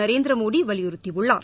நரேந்திரமோடி வலியுறுத்தி உள்ளார்